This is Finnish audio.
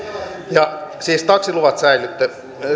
siis taksiluvat säilyvät